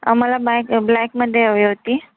आम्हाला बॅक ब्लॅकमध्ये हवी होती